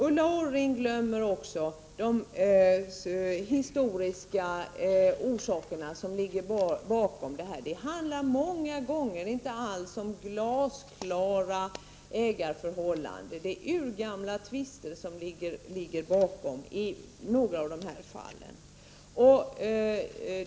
Ulla Orring glömmer också de historiska orsaker som ligger bakom. Det handlar många gånger inte alls om glasklara ägarförhållanden, utan det är i några av de här fallen urgamla tvister som ligger bakom.